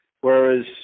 Whereas